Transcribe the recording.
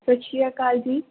ਸਤਿ ਸ਼੍ਰੀ ਅਕਾਲ ਜੀ